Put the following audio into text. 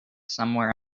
somewhere